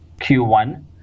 q1